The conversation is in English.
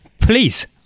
please